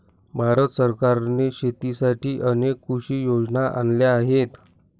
भारत सरकारने शेतीसाठी अनेक कृषी योजना आणल्या आहेत